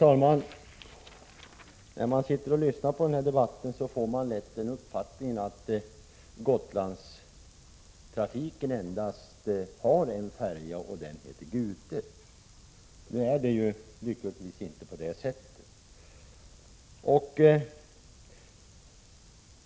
Herr talman! När man lyssnar på denna debatt får man lätt uppfattningen att Gotlandstrafiken endast har en färja, som heter Gute, men så är lyckligtvis inte fallet.